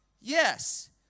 Yes